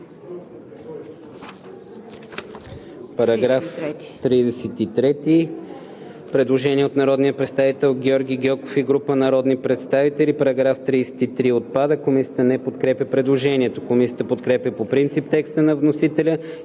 По § 33 има предложение от народния представител Георги Гьоков и група народни представители: „Параграф 33 – отпада.“ Комисията не подкрепя предложението. Комисията подкрепя по принцип текста на вносителя